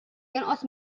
jonqos